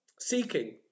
seeking